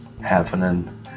happening